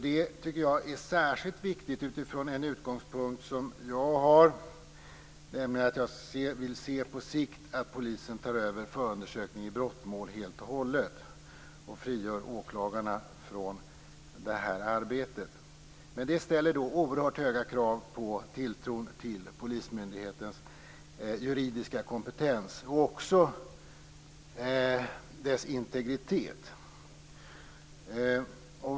Det tycker jag är särskilt viktigt utifrån den utgångspunkt jag har, nämligen att jag på sikt vill se att polisen tar över förundersökningen i brottmål helt och hållet och frigör åklagarna från det arbetet. Men det ställer då oerhört höga krav på tilltron till polismyndighetens juridiska kompetens och även på dess integritet.